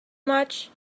much